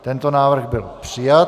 Tento návrh byl přijat.